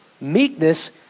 Meekness